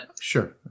Sure